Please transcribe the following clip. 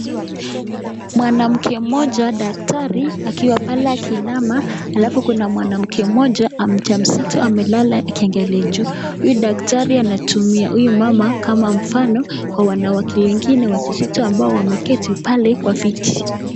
Mwanamke mmoja daktari akiwa pale akiinama alafu kuna mwanamke mmoja mja mzito amelala akiangalia juu huyu daktari anatumia huyu mama kama mfano kwa wanawake wengine wajawazito ambao wameketi pale kwa viti.